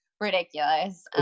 ridiculous